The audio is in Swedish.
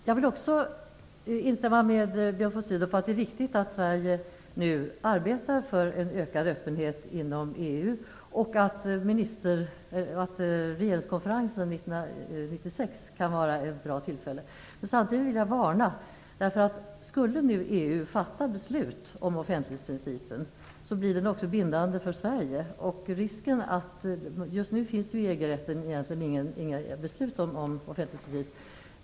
Jag vill också instämma med Björn von Sydow i att det är viktigt att Sverige nu arbetar för en ökad öppenhet inom EU och att regeringskonferensen 1996 kan vara ett bra tillfälle att ta upp detta. Samtidigt vill jag utfärda en varning. Skulle nu EU fatta beslut om offentlighetsprincipen, blir det också bindande för Sverige. Just nu finns i EG-rätten egentligen inga beslut om någon offentlighetsprincip.